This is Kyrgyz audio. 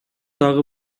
дагы